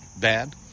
bad